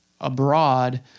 abroad